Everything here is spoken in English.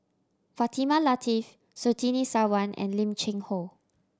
Fatimah Lateef Surtini Sarwan and Lim Cheng Hoe